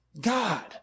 God